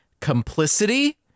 complicity